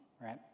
right